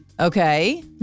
Okay